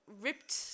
ripped